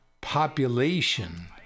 population